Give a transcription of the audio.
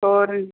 ਹੋਰ